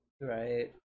Right